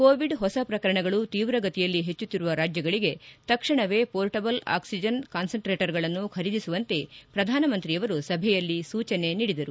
Covid ಹೊಸ ಪ್ರಕರಣಗಳು ತೀವ್ರ ಗತಿಯಲ್ಲಿ ಹೆಚ್ಚುತ್ತಿರುವ ರಾಜ್ಗಳಿಗೆ ತಕ್ಷಣವೇ ಪೋರ್ಟಬಲ್ ಆಕ್ಸಿಜನ್ ಕಾನ್ಸಂಟ್ರೇಟರ್ಗಳನ್ನು ಖರೀದಿಸುವಂತೆ ಪ್ರಧಾನ ಮಂತ್ರಿಯವರು ಸಭೆಯಲ್ಲಿ ಸೂಚನೆ ನೀಡಿದರು